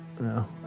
No